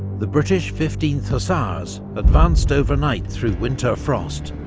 the british fifteenth hussars advanced overnight through winter frost,